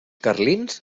carlins